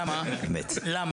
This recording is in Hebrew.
למה?